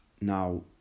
Now